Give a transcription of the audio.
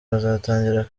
bazatangira